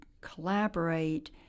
collaborate